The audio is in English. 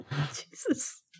Jesus